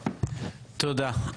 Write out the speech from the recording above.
תודה.